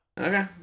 Okay